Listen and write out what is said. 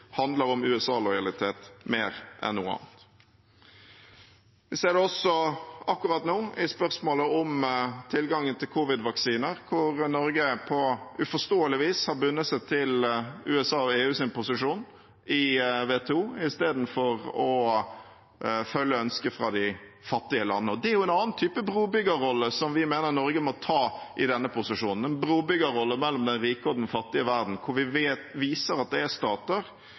handler om USA-lojalitet mer enn noe annet. Vi ser det også akkurat nå i spørsmålet om tilgangen til covid-vaksiner, hvor Norge på uforståelig vis har bundet seg til USA og EUs posisjon i WTO istedenfor å følge ønsket fra de fattige landene. Det er en annen type brobyggerrolle som vi mener Norge må ta i denne posisjonen – en brobyggerrolle mellom den rike og den fattige verden, hvor vi viser at det er